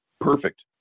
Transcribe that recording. perfect